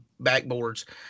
backboards